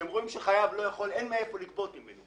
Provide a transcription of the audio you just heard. כשהם רואים שחייב אין מאיפה לגבות ממנו,